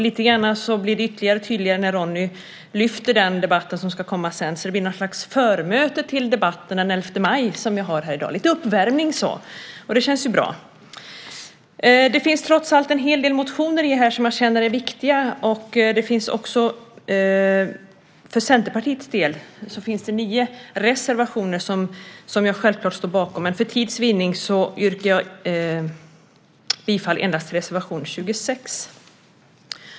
Lite grann blir det ännu tydligare när Ronny lyfter fram den debatt som kommer senare, så den debatt vi har här i dag blir ett slags förmöte till debatten den 11 maj - lite uppvärmning. Det känns bra. Det finns trots allt en hel del motioner här som jag känner är viktiga. För Centerpartiets del finns det nio reservationer som jag självklart står bakom, men för tids vinning yrkar jag bifall endast till reservation 26.